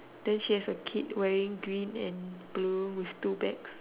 then she has a kid wearing green and blue with two bags